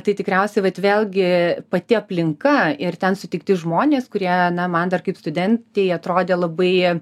tai tikriausiai vat vėlgi pati aplinka ir ten sutikti žmonės kurie na man dar kaip studentei atrodė labai